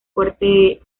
fuerte